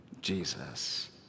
Jesus